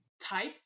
type